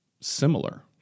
similar